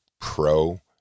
pro